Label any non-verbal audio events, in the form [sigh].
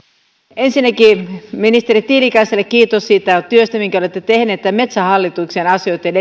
ensinnäkin ministeri tiilikaiselle kiitos siitä työstä minkä olette tehnyt metsähallituksen asioitten [unintelligible]